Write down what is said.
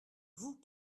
vous